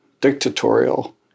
dictatorial